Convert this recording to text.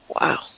Wow